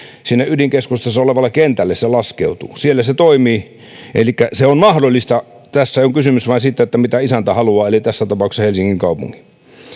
sinne ydinkeskustassa olevalle kentälle se laskeutuu siellä se toimii elikkä se on mahdollista tässä on kysymys vain siitä mitä isäntä haluaa eli tässä tapauksessa helsingin kaupunki